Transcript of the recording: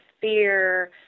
fear